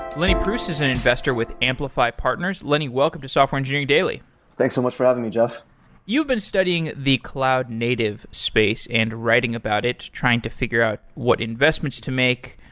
lenny pruss is an investor with amplify partners. lenny, welcome to software engineering daily thanks so much for having me, jeff you've been studying the cloud native space and writing about it, trying to figure out what investments to make,